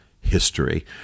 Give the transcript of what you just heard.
history